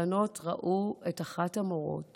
הבנות ראו את אחת המורות